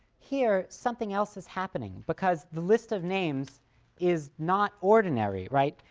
here something else is happening, because the list of names is not ordinary. right.